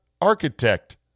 architect